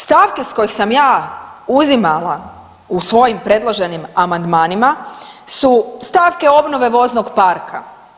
Stavke s kojih sam ja uzimala u svojim predloženim amandmanima su stavke obnove voznog parka.